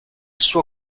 suo